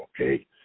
okay